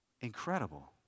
Incredible